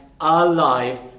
alive